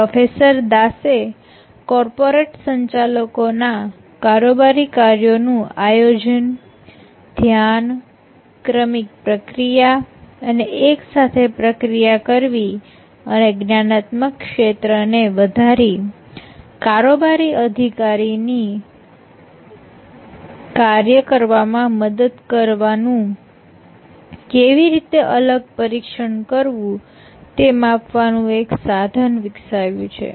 professor દાસે corporate સંચાલકોના કારોબારી કાર્યોનું આયોજન ધ્યાન ક્રમિક પ્રક્રિયા અને એક સાથે પ્રક્રિયા કરવી અને જ્ઞાનાત્મક ક્ષેત્ર ને વધારી કારોબારી અધિકારીને કાર્ય કરવામાં મદદ કરવી નું કેવી રીતે અલગ પરીક્ષણ કરવું તે માપવાનું એક સાધન વિકસાવ્યું છે